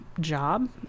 job